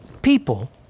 people